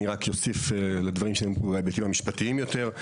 אני אוסיף להיבטים המשפטיים יותר,